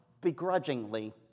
begrudgingly